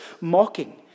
mocking